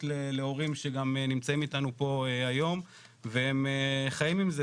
להורים שגם נמצאים איתנו פה היום והם חיים עם זה,